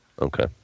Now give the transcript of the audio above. Okay